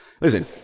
listen